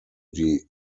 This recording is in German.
die